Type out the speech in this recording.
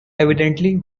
evidently